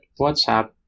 WhatsApp